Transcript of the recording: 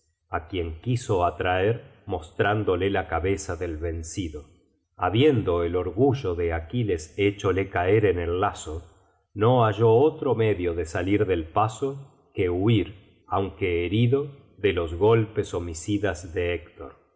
á quien quiso atraer mostrándole la cabeza del vencido habiendo el orgullo de aquiles héchole caer en el lazo no halló otro medio de salir del paso que huir aunque herido los golpes homicidas de héctor